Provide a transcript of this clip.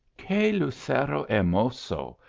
que lucero hermoso!